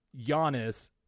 Giannis